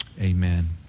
Amen